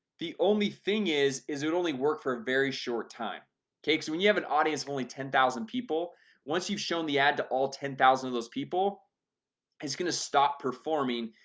the only thing is is it only work for a very short time kake's when you have an audience only ten thousand people once you've shown the ad to all ten thousand of those people it's gonna stop performing.